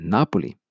Napoli